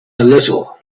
little